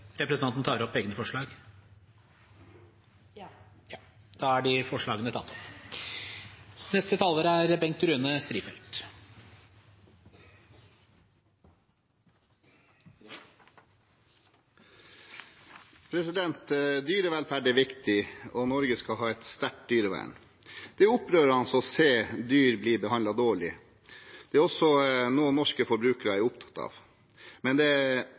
tar med det opp forslaget. Representanten Lene Westgaard-Halle har tatt opp det forslaget hun refererte til. Dyrevelferd er viktig, og Norge skal ha et sterkt dyrevern. Det er opprørende å se dyr bli behandlet dårlig. Det er også noe norske forbrukere er opptatt av, men det er